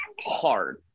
hard